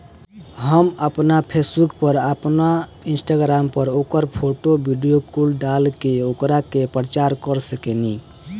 हम आपना फेसबुक पर, आपन इंस्टाग्राम पर ओकर फोटो, वीडीओ कुल डाल के ओकरा के प्रचार कर सकेनी